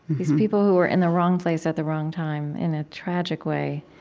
these people who were in the wrong place at the wrong time in a tragic way.